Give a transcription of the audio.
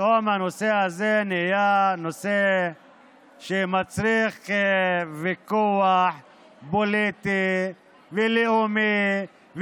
פתאום הנושא נהיה נושא שמצריך ויכוח פוליטי ולאומי,